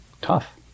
Tough